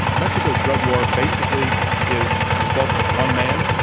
mexico's drug war basically is the fault of one man,